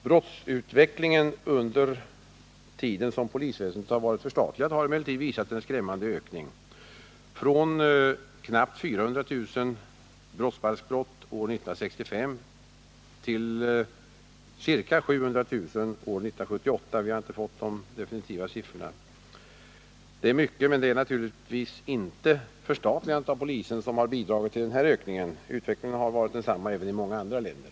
Brottsutvecklingen under den tid som polisväsendet har varit förstatligat har emellertid visat en skrämmande ökning, från knappt 400 000 brottsbalksbrott år 1965 till ca 700 000 år 1978 — vi har inte fått de definitiva siffrorna. Det är mycket — men det är naturligtvis inte förstatligandet av polisväsendet som har bidragit till den här ökningen. Utvecklingen har varit densamma i många andra länder.